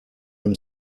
room